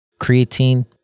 creatine